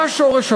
מה שורש הבעיה,